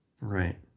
Right